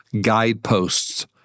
Guideposts